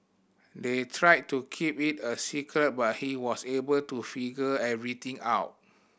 they tried to keep it a secret but he was able to figure everything out